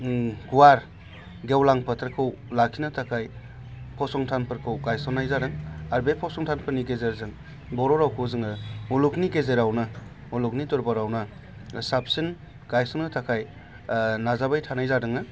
गुवार गेवलां फोथारखौ लाखिनो थाखाय फसंथानफोरखौ गायसन्नाय जादों आरो बे फसंथानफोरनि गेजेरजों बर' रावखौ जोङो मुलुगनि गेजेरावनो मुलुगनि दरबारावनो साबसिन गायसननो थाखाय नाजाबाय थानाय जादोङो